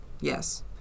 Yes